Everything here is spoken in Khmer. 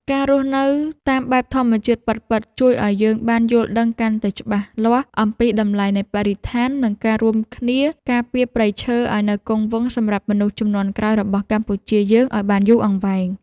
ការរស់នៅតាមបែបធម្មជាតិពិតៗជួយឱ្យយើងបានយល់ដឹងកាន់តែច្បាស់អំពីតម្លៃនៃបរិស្ថាន និង ការរួមគ្នាការពារព្រៃឈើឱ្យនៅគង់វង្សសម្រាប់មនុស្សជំនាន់ក្រោយរបស់កម្ពុជាយើងឱ្យបានយូរអង្វែង។